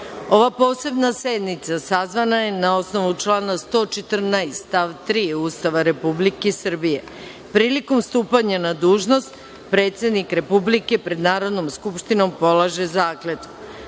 posebna sednica sazvana je na osnovu člana 114. stav 3. Ustava Republike Srbije: „Prilikom stupanja na dužnost predsednik Republike pred Narodnom skupštinom polaže